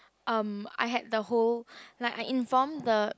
um I had the whole like I inform the